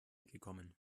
gekommen